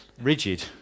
rigid